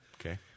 okay